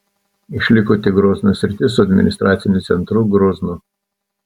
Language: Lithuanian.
išliko tik grozno sritis su administraciniu centru groznu